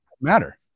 matter